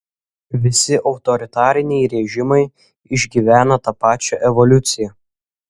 visi autoritariniai režimai išgyvena tą pačią evoliuciją